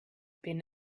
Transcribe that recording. been